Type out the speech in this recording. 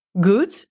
good